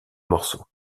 morceau